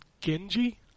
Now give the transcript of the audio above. Genji